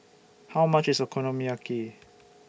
How much IS Okonomiyaki